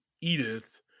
Edith